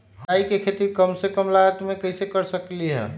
हम राई के खेती कम से कम लागत में कैसे कर सकली ह?